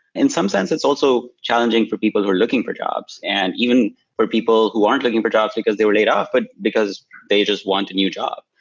in some sense, it's also challenging for people who are looking for jobs. and even for people who aren't looking for jobs because they were laid off, but because they just want a new job.